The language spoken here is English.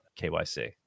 KYC